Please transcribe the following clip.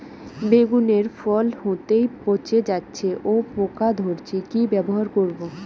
বেগুনের ফল হতেই পচে যাচ্ছে ও পোকা ধরছে কি ব্যবহার করব?